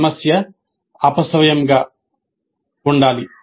సమస్య అపసవ్యంగా ఉండాలి